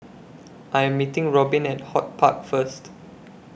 I Am meeting Robin At HortPark First